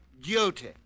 duty